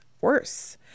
worse